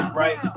right